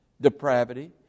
depravity